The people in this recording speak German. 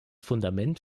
fundament